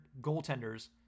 goaltenders